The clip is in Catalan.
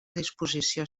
disposició